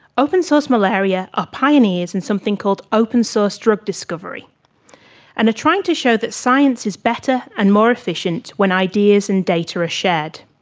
open source malaria are pioneers in something called open source drug discovery and are trying to show that science is better and more efficient when ideas and data are shared.